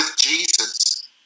Jesus